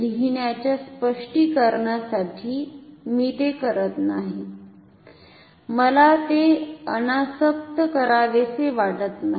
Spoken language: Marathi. लिहिण्याच्या स्पष्टीकरणासाठी मी हे करत नाही मला ते अनासक्त करावेसे वाटत नाही